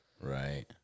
Right